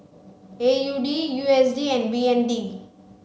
A U D U S D and B N D